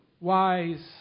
wise